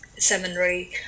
Seminary